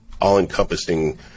all-encompassing